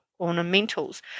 ornamentals